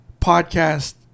podcast